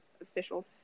official